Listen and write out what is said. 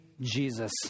Jesus